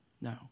No